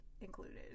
included